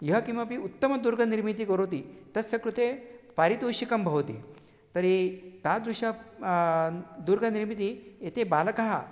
यः किमपि उत्तमदुर्गनिर्मितिं करोति तस्य कृते पारितोषिकं भवति तर्हि तादृश दूर्गनिर्मितिः एते बालकः